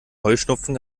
heuschnupfen